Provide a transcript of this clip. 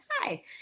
hi